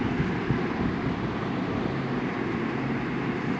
गाछक छटनीक कारणेँ पौधा स्वस्थ रहैत अछि